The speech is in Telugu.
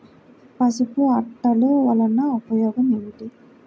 పసుపు అట్టలు వలన ఉపయోగం ఏమిటి?